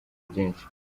byinshi